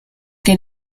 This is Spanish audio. que